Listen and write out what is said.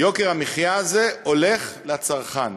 יוקר המחיה הזה הולך לצרכן,